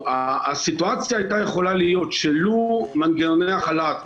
הסיטואציה הייתה יכולה להיות שלו מנגנוני החל"ת,